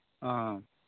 ꯑꯥ